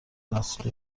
نسلی